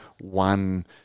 one